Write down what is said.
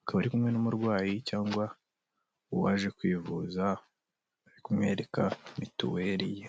Akaba ari kumwe n'umurwayi cyangwa uwaje kwivuza, ari kumwereka mituweli ye.